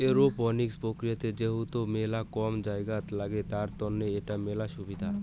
aeroponics প্রক্রিয়াতে যেহেতু মেলা কম জায়গাত লাগে, তার তন্ন এটার মেলা সুবিধা